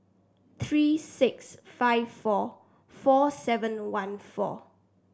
three six five four four seven one four